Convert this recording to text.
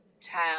tell